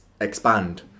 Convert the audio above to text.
expand